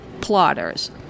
plotters